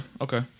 Okay